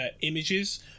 images